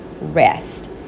rest